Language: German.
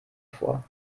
vor